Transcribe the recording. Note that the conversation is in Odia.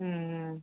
ହୁଁ